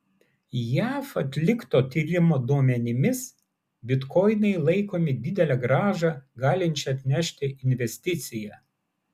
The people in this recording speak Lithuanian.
jav atlikto tyrimo duomenimis bitkoinai laikomi didelę grąžą galinčia atnešti investicija